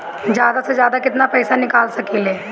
जादा से जादा कितना पैसा निकाल सकईले?